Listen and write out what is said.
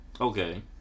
Okay